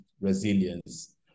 resilience